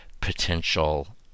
potential